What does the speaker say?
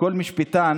כל משפטן